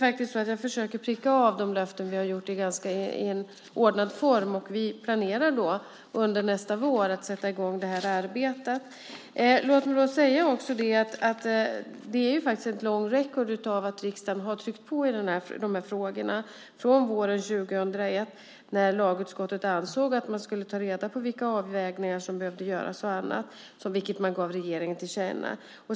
Jag försöker pricka av de löften vi har ställt ut i ordnad form. Vi planerar under nästa vår att sätta i gång arbetet. Det finns ett långt record från våren 2001 av att riksdagen har tryckt på i frågorna, när lagutskottet ansåg att man skulle ta reda på vilka avvägningar som behövde göras, vilket man gav regeringen till känna.